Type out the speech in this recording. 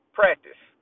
practice